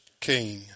king